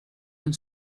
and